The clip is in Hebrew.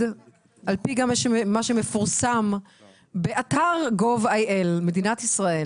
גם על פי מה שמפורסם באתר GOV.IL מדינת ישראל,